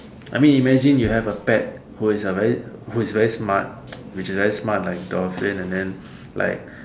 I mean imagine you have a pet who is who is very smart which is very smart like dolphin and then like